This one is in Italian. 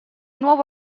nuovo